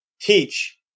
teach